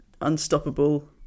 unstoppable